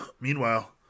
meanwhile